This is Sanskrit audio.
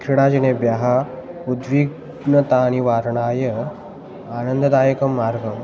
क्रीडा जनेभ्यः उद्विग्नतानिवारणाय आनन्ददायकः मार्गः